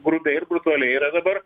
grubiai ir brutaliai yra dabar